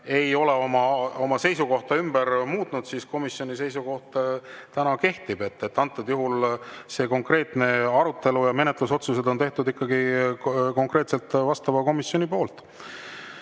ei ole oma seisukohta muutnud, siis komisjoni seisukoht täna kehtib. Antud juhul see konkreetne arutelu ja menetlusotsused on tehtud ikkagi konkreetselt vastava komisjoni poolt. Aivar